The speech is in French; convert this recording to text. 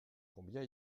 combien